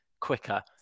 quicker